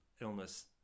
illness